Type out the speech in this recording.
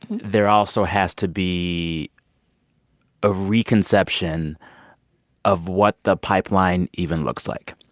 there also has to be a reconception of what the pipeline even looks like.